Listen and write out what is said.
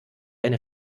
eine